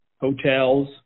hotels